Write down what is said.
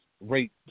rate